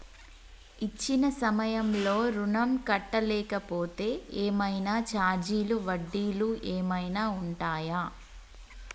ఇచ్చిన సమయంలో ఋణం కట్టలేకపోతే ఏమైనా ఛార్జీలు వడ్డీలు ఏమైనా ఉంటయా?